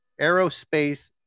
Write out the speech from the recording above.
aerospace